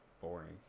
boring